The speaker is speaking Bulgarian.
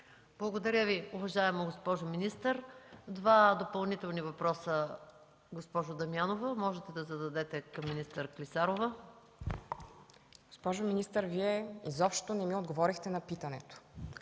Благодаря Ви, уважаема госпожо министър. Два допълнителни въпроса, госпожо Дамянова, можете да зададете към министър Клисарова. МИЛЕНА ДАМЯНОВА (ГЕРБ): Госпожо министър, Вие изобщо не ми отговорихте на питането,